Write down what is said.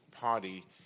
party